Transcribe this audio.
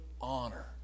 honor